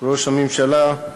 ראש הממשלה,